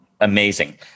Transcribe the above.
Amazing